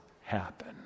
happen